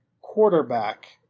quarterback